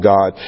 God